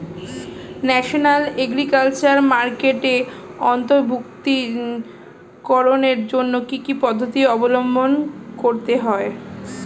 National agriculture মার্কেটে অন্তর্ভুক্তিকরণের জন্য কি কি পদ্ধতি অবলম্বন করতে হয়?